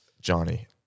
Johnny